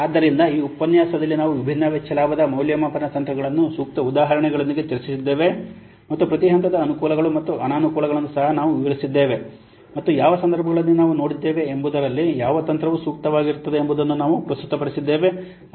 ಆದ್ದರಿಂದ ಈ ಉಪನ್ಯಾಸದಲ್ಲಿ ನಾವು ವಿಭಿನ್ನ ವೆಚ್ಚ ಲಾಭದ ಮೌಲ್ಯಮಾಪನ ತಂತ್ರಗಳನ್ನು ಸೂಕ್ತ ಉದಾಹರಣೆಗಳೊಂದಿಗೆ ಚರ್ಚಿಸಿದ್ದೇವೆ ಮತ್ತು ಪ್ರತಿ ತಂತ್ರದ ಅನುಕೂಲಗಳು ಮತ್ತು ಅನಾನುಕೂಲಗಳನ್ನು ಸಹ ನಾವು ವಿವರಿಸಿದ್ದೇವೆ ಮತ್ತು ಯಾವ ಸಂದರ್ಭಗಳಲ್ಲಿ ನಾವು ನೋಡಿದ್ದೇವೆ ಎಂಬುದರಲ್ಲಿ ಯಾವ ತಂತ್ರವು ಸೂಕ್ತವಾಗಿರುತ್ತದೆ ಎಂಬುದನ್ನು ನಾವು ಪ್ರಸ್ತುತಪಡಿಸಿದ್ದೇವೆ